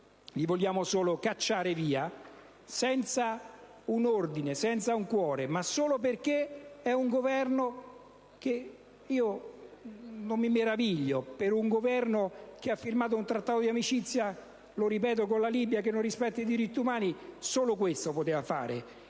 li vogliamo solo cacciare via, senza un ordine, senza un cuore. Non mi meraviglio, un Governo che ha firmato un Trattato di amicizia, lo ripeto, con la Libia, che non rispetta i diritti umani, solo questo poteva fare,